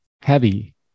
heavy